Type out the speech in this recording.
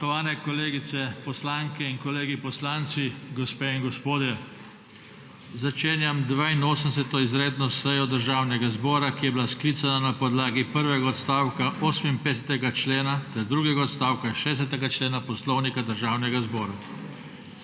Spoštovani kolegice poslanke in kolegi poslanci, gospe in gospodje! Začenjam 82. izredno sejo Državnega zbora, ki je bila sklicana na podlagi prvega odstavka 58. člena ter drugega odstavka 60. člena Poslovnika Državnega zbora.